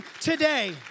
today